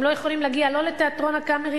הם לא יכולים להגיע לא לתיאטרון "הקאמרי",